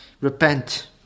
Repent